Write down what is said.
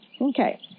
Okay